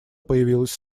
появилась